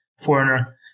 foreigner